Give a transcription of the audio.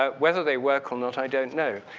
ah whether they work or not, i don't know.